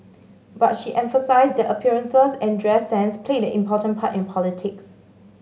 but she emphasised that appearances and dress sense played an important part in politics